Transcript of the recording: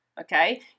okay